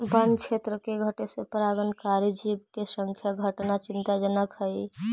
वन्य क्षेत्र के घटे से परागणकारी जीव के संख्या घटना चिंताजनक हइ